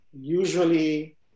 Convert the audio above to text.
usually